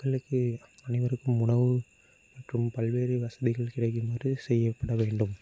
மக்களுக்கு அனைவருக்கும் உணவு மற்றும் பல்வேறு வசதிகள் கிடைக்குமாறு செய்யப்பட வேண்டும்